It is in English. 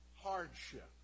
hardship